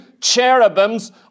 cherubims